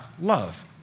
love